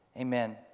Amen